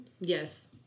Yes